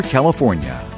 California